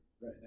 right